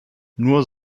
nur